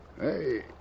Hey